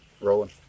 rolling